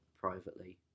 privately